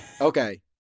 Okay